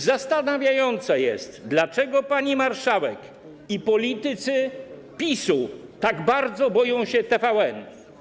Zastanawiające jest, dlaczego pani marszałek i politycy PiS-u tak bardzo boją się TVN.